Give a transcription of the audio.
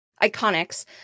iconics